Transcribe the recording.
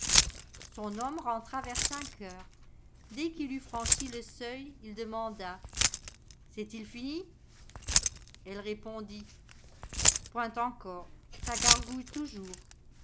son homme rentra vers cinq heures dès qu'il eut franchi le seuil il demanda c'est-il fini elle répondit point encore ça gargouille toujours